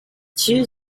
two